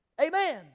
Amen